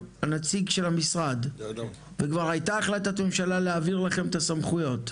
המנגנון הזה יהווה חסם ביישום של תקציבי משרד הפנים,